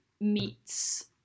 meets